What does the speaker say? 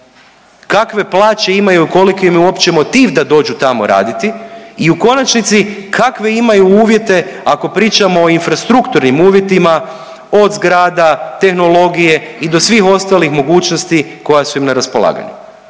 kakve plaće imaju, koliki im je uopće motiv da dođu tamo raditi i u konačnici, kakve imaju uvjete, ako pričamo o infrastrukturnim uvjetima, od zgrada, tehnologije i do svih ostalih mogućnosti koja su im na raspolaganju.